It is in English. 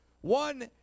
one